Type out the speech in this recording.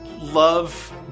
love